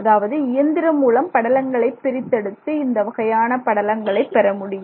அதாவது இயந்திரம் மூலம் படலங்களை பிரித்தெடுத்து இந்த வகையான படலங்களை பெறமுடியும்